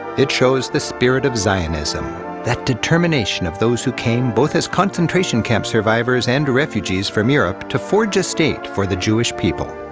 it shows the spirit of zionism, that determination of those who came both as concentration camp survivors and refugees from europe to forge a state for the jewish people.